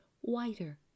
whiter